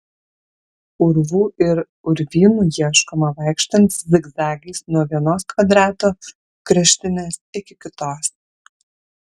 urvų ir urvynų ieškoma vaikštant zigzagais nuo vienos kvadrato kraštinės iki kitos